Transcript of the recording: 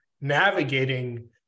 navigating